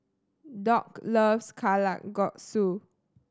Dock loves Kalguksu